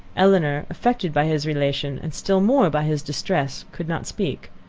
elinor, affected by his relation, and still more by his distress could not speak.